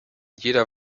jeder